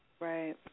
Right